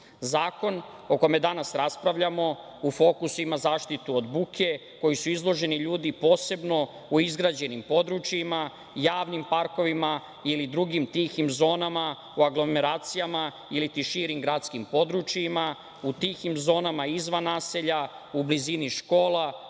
nas. Zakon o kome danas raspravljamo u fokusu ima zaštitu od buke, kojoj su izloženi ljudi posebno u izgrađenim područjima, javnim parkovima ili drugim tihim zonama u aglomeracijama i širim gradskim područjima, u tihim zonama izvan naselja, u blizini škola,